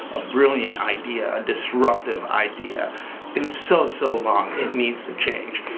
a brilliant idea, a disruptive idea in so, so long. it needs to change.